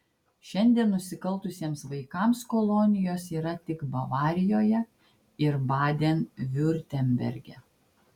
šiandien nusikaltusiems vaikams kolonijos yra tik bavarijoje ir baden viurtemberge